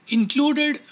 Included